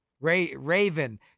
Raven